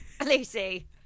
Lucy